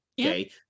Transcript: Okay